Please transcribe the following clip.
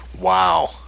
Wow